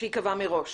שייקבע מראש.